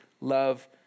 love